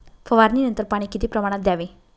फवारणीनंतर पाणी किती प्रमाणात द्यावे?